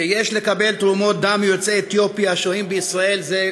שיש לקבל תרומות דם מיוצאי אתיופיה השוהים בישראל זה